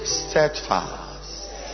steadfast